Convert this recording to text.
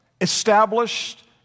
established